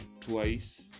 twice